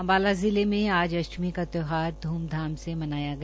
अम्बाला जिला में आज अष्टमी का त्यौहार ध्रमधाम से मनाया गया